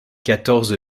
quatorze